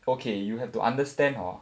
okay you have to understand hor